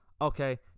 Okay